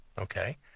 okay